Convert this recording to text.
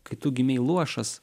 kai tu gimei luošas